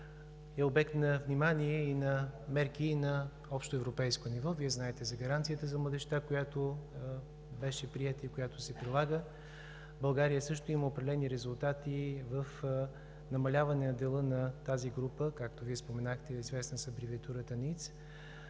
е обект на внимание, на мерки и на общоевропейско ниво. Вие знаете за Гаранцията за младежта, която беше приета и се прилага. България също има определени резултати в намаляване на дела на тази група, както Вие споменахте, известна с абревиатурата